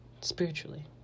spiritually